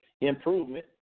improvement